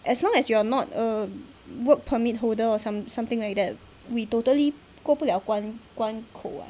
as long as you're not a work permit holder or some something like that we totally 过不了关关口 [what]